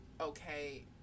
okay